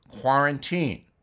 quarantine